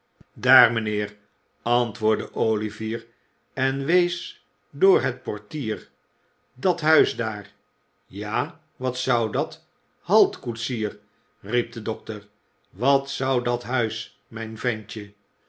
daar mijnheer antwoordde olivier en wees door het portier dat huis daar ja wat zou dat halt lioetsier riep de dokter wat zou dat huis mijn ventje